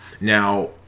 now